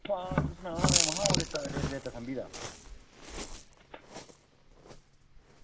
आं तुसेंगी सनादा में हा रेता सम्भी गेआ